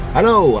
Hello